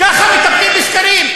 ככה מטפלים בסקרים.